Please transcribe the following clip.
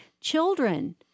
children